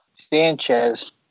Sanchez